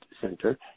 center